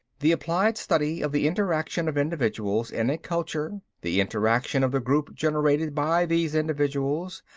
the applied study of the interaction of individuals in a culture, the interaction of the group generated by these individuals,